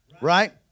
right